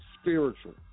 spiritual